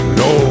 no